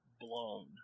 blown